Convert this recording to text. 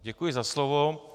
Děkuji za slovo.